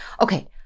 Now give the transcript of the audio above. Okay